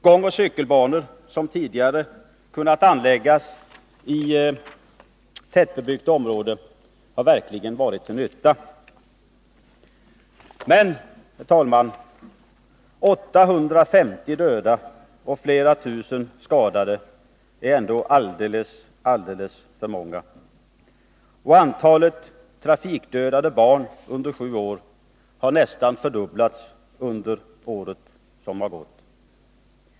Gångoch cykelbanor som tidigare anlagts i tättbebyggda områden har verkligen varit till nytta. Men, herr talman, 850 döda och flera tusen skadade är ändå alldeles för många. Antalet barn under sju år som dödas trafiken har nästan fördubblats under det år som gått.